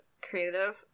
creative